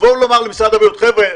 לבוא ולומר למשרד הבריאות: חבר'ה,